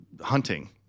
hunting